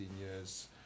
years